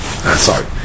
Sorry